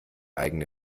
eigene